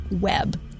web